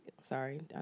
Sorry